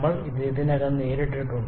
നമ്മൾ ഇത് ഇതിനകം നേരിട്ടിട്ടുണ്ട്